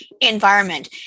environment